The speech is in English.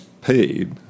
paid